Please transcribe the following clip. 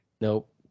nope